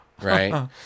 right